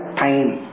time